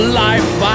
life